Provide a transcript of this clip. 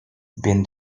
been